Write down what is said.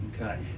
Okay